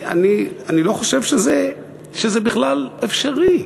אני לא חושב שזה בכלל אפשרי,